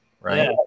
right